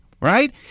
right